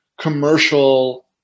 commercial